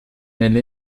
eine